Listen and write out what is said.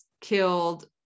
killed